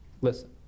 listen